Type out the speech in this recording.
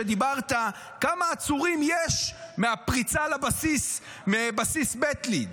שדיברת: כמה עצורים יש מהפריצה לבסיס בית ליד?